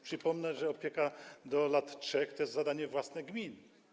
Przypomnę, że opieka do lat 3 to jest zadanie własne gmin.